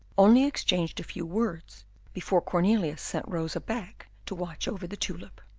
only exchanged a few words before cornelius sent rosa back to watch over the tulip.